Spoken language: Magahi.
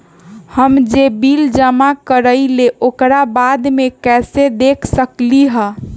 हम जे बिल जमा करईले ओकरा बाद में कैसे देख सकलि ह?